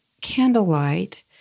candlelight